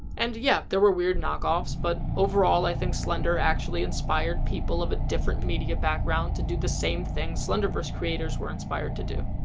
and, yeah, there were weird knockoffs, but overall i think slender actually inspired people but different media background to do the same thing slenderverse creators were inspired to do.